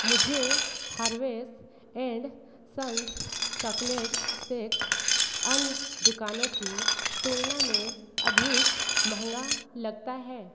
मुझे Harvest and Sons chocolate shake अन्य दुकानों की तुलना में अधिक महंगा लगता है